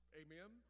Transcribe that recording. amen